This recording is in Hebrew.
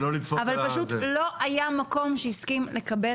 אבל פשוט לא היה מקום שהסכים לקבל את החוג.